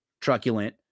truculent